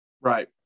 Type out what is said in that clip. Right